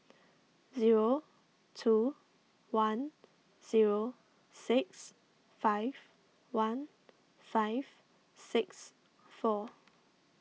zero two one zero six five one five six four